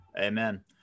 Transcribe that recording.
amen